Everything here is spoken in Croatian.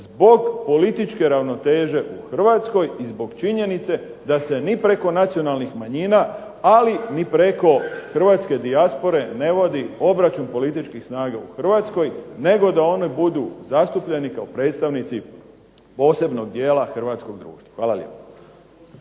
zbog političke ravnoteže u Hrvatskoj i zbog činjenice da se ni preko nacionalnih manjina, ali ni preko hrvatske dijaspore ne vodi obračun političkih snaga u Hrvatskoj, nego da oni budu zastupljeni kao predstavnici posebnog dijela hrvatskog društva. Hvala lijepa.